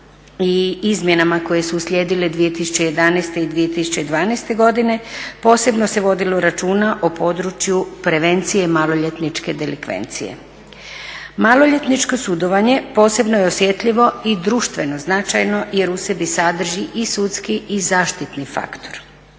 i izmjenama koje su uslijedile 2011. i 2012. godine posebno se vodilo računa o području prevencije maloljetničke delikvencije. Maloljetničko sudovanje posebno je osjetljivo i društveno značajno jer u sebi sadrži i sudski i zaštitni faktor.